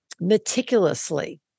meticulously